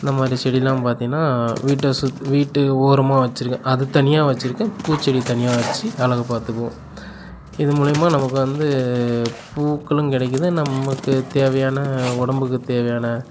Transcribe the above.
இந்த மாதிரி செடியெலாம் பார்த்தீங்கன்னா வீட்டை சுத்தி வீட்டு ஓரமாக வச்சிருக்கேன் அது தனியாக வச்சிருக்கேன் பூச்செடி தனியாக வச்சி அழகு பார்த்துக்குவோம் இது மூலியமா நமக்கு வந்து பூக்களும் கிடைக்கிது நமக்கு தேவையான உடம்புக்கு தேவையான